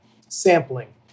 sampling